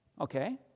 Okay